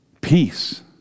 peace